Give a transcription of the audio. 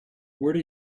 where